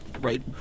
right